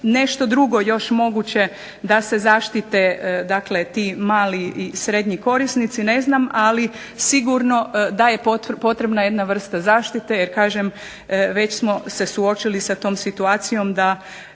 nešto drugo moguće da se zaštite ti mali i srednji korisnici ne znam ali sigurno da je potrebna jedna vrsta zaštite jer smo se suočili sa tom situacijom da